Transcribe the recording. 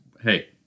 hey